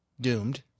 doomed